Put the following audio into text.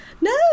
No